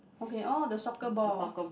okay oh the soccer ball